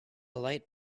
light